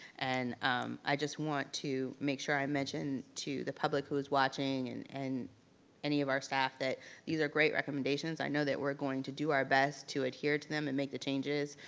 and i just want to make sure i mention to the public who's watching and and any of our staff that these are great recommendations, i know that we're going to do our best to adhere to them and make the changes,